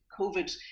COVID